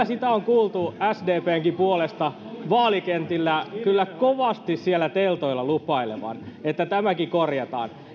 sitä on kuultu sdpnkin puolesta vaalikentillä kovasti siellä teltoilla lupailtavan että tämäkin korjataan